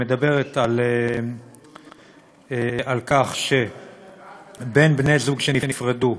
מדברת על כך שבין בני-זוג שנפרדו,